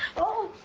oh,